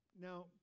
Now